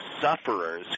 sufferers